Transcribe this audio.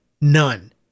None